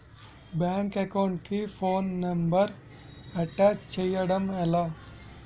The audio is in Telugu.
బ్యాంక్ అకౌంట్ కి ఫోన్ నంబర్ అటాచ్ చేయడం ఎలా?